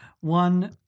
One